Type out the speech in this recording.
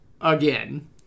Again